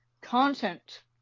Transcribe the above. content